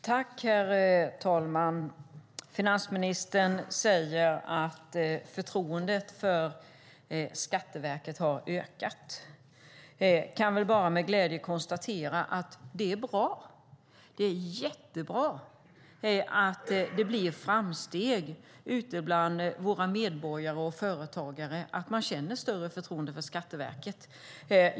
Herr talman! Finansministern säger att förtroendet för Skatteverket har ökat. Jag kan bara med glädje konstatera att det är jättebra att det blir framsteg ute bland våra medborgare och företagare, att man känner större förtroende för Skatteverket.